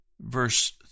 verse